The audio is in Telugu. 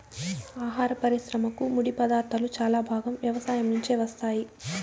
ఆహార పరిశ్రమకు ముడిపదార్థాలు చాలా భాగం వ్యవసాయం నుంచే వస్తాయి